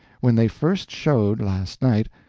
when they first showed, last night,